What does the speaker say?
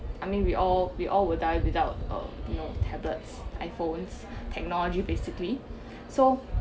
I mean we all we all will die without uh you know tablets iphones technology basically so